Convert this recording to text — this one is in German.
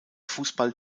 fußball